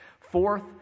Fourth